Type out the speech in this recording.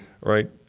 right